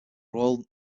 royal